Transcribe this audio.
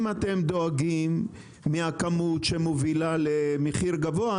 אם אתם דואגים מהכמות שמובילה למחיר גבוה,